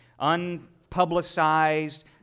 unpublicized